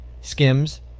Skims